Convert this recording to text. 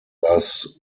thus